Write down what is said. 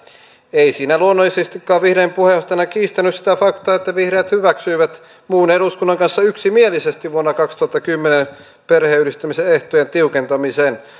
ei siinä luonnollisestikaan vihreiden puheenjohtajana kiistänyt sitä faktaa että vihreät hyväksyivät muun eduskunnan kanssa yksimielisesti vuonna kaksituhattakymmenen perheenyhdistämisen ehtojen tiukentamisen